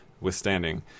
withstanding